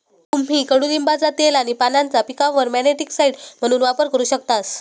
तुम्ही कडुलिंबाचा तेल आणि पानांचा पिकांवर नेमॅटिकसाइड म्हणून वापर करू शकतास